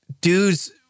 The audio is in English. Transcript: dudes